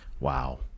Wow